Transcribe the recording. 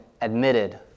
admitted